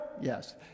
Yes